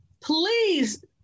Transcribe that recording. please